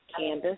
Candice